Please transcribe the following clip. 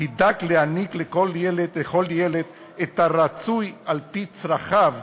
ותדאג להעניק לכל ילד את הרצוי על-פי צרכיו,